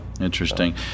Interesting